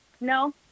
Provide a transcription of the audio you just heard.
no